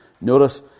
Notice